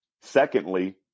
secondly